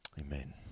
Amen